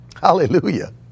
Hallelujah